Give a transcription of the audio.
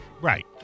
Right